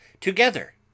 together